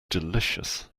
delicious